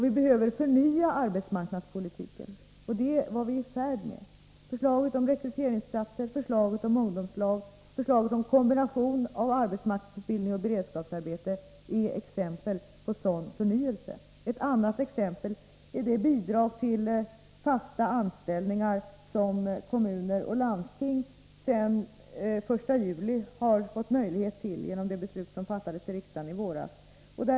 Vi behöver förnya arbetsmarknadspolitiken, och det är vi i färd med att göra. Förslagen om rekryteringsplatser, om ungdomslag, om kombination av arbetsmarknadsutbildning och beredskapsarbete är exempel på sådan förnyelse. Ett annat exempel är det bidrag till fasta anställningar som kommuner och landsting sedan den 1 juli har fått möjlighet att söka genom det beslut som fattades i riksdagen i våras.